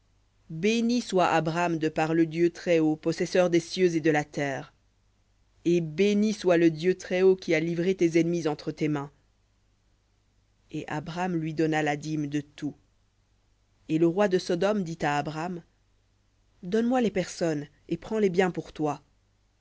béni soit abram de par le dieu très-haut possesseur des cieux et de la terre et béni soit le dieu très-haut qui a livré tes ennemis entre tes mains et lui donna la dîme de tout et le roi de sodome dit à abram donne-moi les personnes et prends les biens pour toi